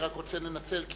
אני רק רוצה לנצל,